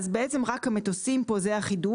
אז בעצם רק המטוסים פה זה החידוש.